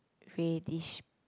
reddish